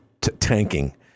tanking